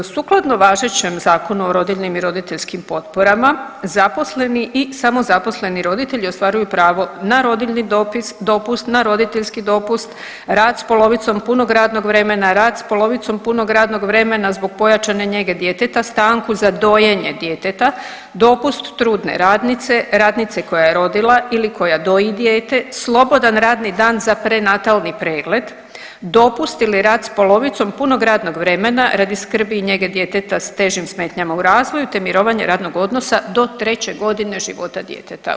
Sukladno važećem Zakonu o rodiljnim i roditeljskim potporama zaposleni i samozaposleni roditelji ostvaruju pravo na rodiljni dopust, na roditeljski dopust, rad s polovicom punom radnog vremena, rad s polovicom punog radnog vremena zbog pojačanje njege djeteta, stanku za dojenje djeteta, dopust trudne radnice, radnice koja je rodila ili koja doji dijete, slobodan radni dan za prenatalni pregled, dopust ili rad s polovicom punog radnog vremena radi skrbi i njege djeteta s težim smetnjama u razvoju, te mirovanje radnog odnosa do treće godine života djeteta.